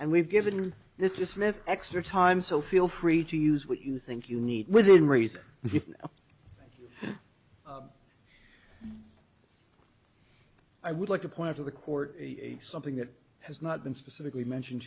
and we've given this just with extra time so feel free to use what you think you need within reason i would like to point to the court something that has not been specifically mentioned